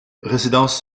résidence